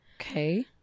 Okay